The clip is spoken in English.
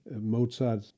Mozart